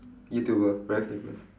youtuber very famous